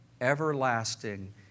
everlasting